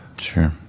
Sure